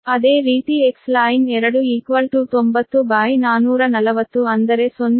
ಅದೇ ರೀತಿ Xline 2 ಅಂದರೆ 0